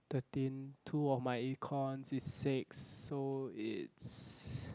thirteen two of my econs is six so it's